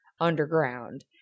underground